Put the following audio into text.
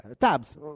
tabs